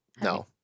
No